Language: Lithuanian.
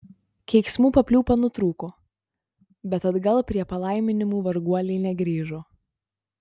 keiksmų papliūpa nutrūko bet atgal prie palaiminimų varguolė negrįžo